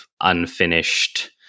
unfinished